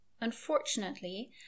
unfortunately